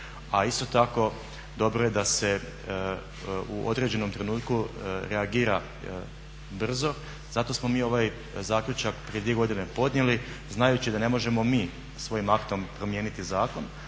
A isto tako dobro je da se u određenom trenutku reagira brzo. Zato smo mi ovaj zaključak prije dvije godine podnijeli, znajući da ne možemo mi svojim aktom promijeniti zakon